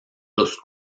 los